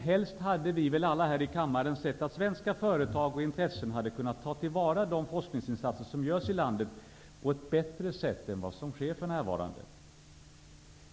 Helst hade vi väl alla här i kammaren sett att svenska företag och intressen hade kunnat ta till vara de forskningsinsatser som görs i landet på ett bättre sätt än vad som sker för närvarande.